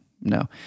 no